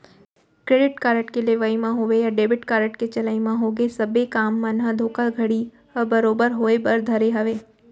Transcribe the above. credit card के लेवई म होवय या डेबिट कारड के चलई म होगे सबे काम मन म धोखाघड़ी ह बरोबर होय बर धरे हावय